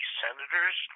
senators